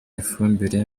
ifumbire